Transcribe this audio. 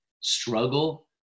struggle